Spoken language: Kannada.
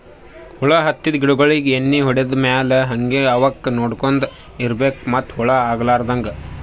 ಹುಳ ಹತ್ತಿದ್ ಗಿಡಗೋಳಿಗ್ ಎಣ್ಣಿ ಹೊಡದ್ ಮ್ಯಾಲ್ ಹಂಗೆ ಅವಕ್ಕ್ ನೋಡ್ಕೊಂತ್ ಇರ್ಬೆಕ್ ಮತ್ತ್ ಹುಳ ಹತ್ತಲಾರದಂಗ್